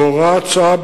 בהוראת שעה,